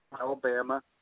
Alabama